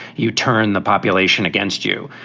you turn the population against you.